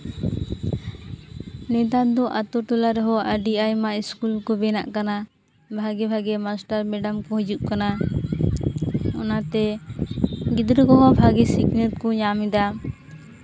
ᱱᱮᱛᱟᱨ ᱫᱚ ᱟᱛᱳᱼᱴᱚᱞᱟ ᱨᱮᱦᱚᱸ ᱟᱹᱰᱤ ᱟᱭᱢᱟ ᱥᱠᱩᱞ ᱠᱚ ᱵᱮᱱᱟᱜ ᱠᱟᱱᱟ ᱵᱷᱟ ᱜᱤᱼᱵᱷᱟ ᱜᱤ ᱢᱟᱥᱴᱟᱨ ᱢᱮᱰᱟᱢ ᱠᱚ ᱦᱤᱡᱩᱜ ᱠᱟᱱᱟ ᱚᱱᱟᱛᱮ ᱜᱤᱫᱽᱨᱟᱹ ᱠᱚᱦᱚᱸ ᱵᱷᱟ ᱜᱤ ᱥᱤᱠᱷᱱᱟᱹᱛ ᱠᱚ ᱧᱟᱢᱮᱫᱟ